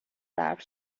صرف